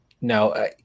No